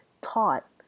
taught